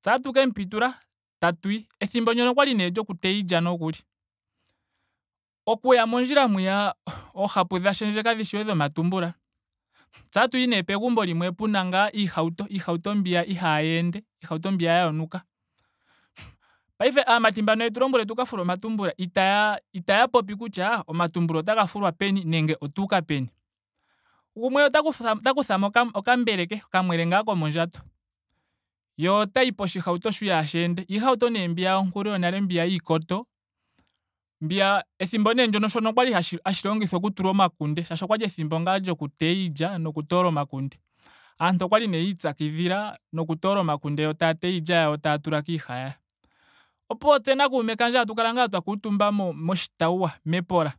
Tse otatu kemu pitula. tatuyi. Ethimbo ndyoka okwali nee lyoku teya iilya nokuli. Okuya mondjila mwiya oohapu dha shendje kadhi shiwe dhomatumbula. tse otatu pegumbo limwe pena ngaa iihauto. iihauto mbiya ihaayi ende. Iihauto mbiya ya yonuka. Paife aamatu mbano yetu lombwele tu ka fule omatumbula itaya itaya popi kutya omatumbula otaga fulwa peni nenge otuuka peni. Gumwe ota kuthamo oka- okambele ke. Okamwele ngaa komondjato. Ye otayi poshihauto sho ihaashi ende. iihauto nee mbiya yonkulu yonale mbiya yiikoto mbiya nee ethimbo ndyono shoka okwali hashi hashi longithwa oku tula omakunde molwaashoka okwali ethimbo ngaa lyoku teya iilya noku toola omakunde. Aantu okwali nee ya ipyakidhila noku toola omakunde yo taya teya iilya yawo taya tula kiihayaya. Opuwo tse na kuume kandje tatu kala ngaa twa kuutumba moshi moshitawuwa. mepola